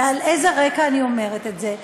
על איזה רקע אני אומרת את זה?